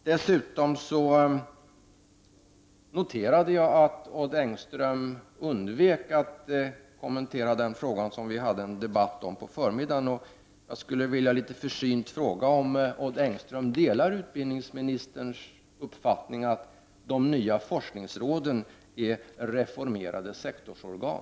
Dessutom noterade jag att Odd Engström undvek att kommentera den fråga som vi hade en debatt om på förmiddagen. Jag skulle litet försiktigt vilja fråga om Odd Engström delar utbildningsministerns uppfattning att de nya forskningsråden är reformerade sektorsorgan.